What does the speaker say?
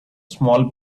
small